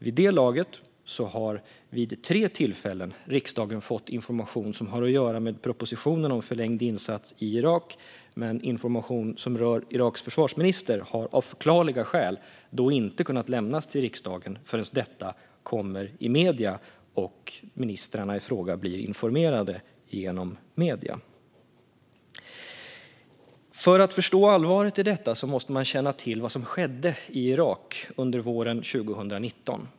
Vid det laget har vid tre tillfällen riksdagen fått information som har att göra med propositionen om förlängd insats i Irak. Men information som rör Iraks försvarsminister har av förklarliga skäl inte kunnat lämnas till riksdagen förrän detta kommer i medierna och ministrarna i fråga blir informerade genom medierna. För att förstå allvaret i detta måste man känna till vad som skedde i Irak under våren 2019.